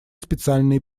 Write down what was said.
специальные